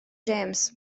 james